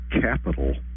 capital